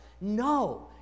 No